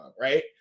right